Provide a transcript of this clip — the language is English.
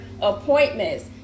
appointments